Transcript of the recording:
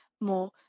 more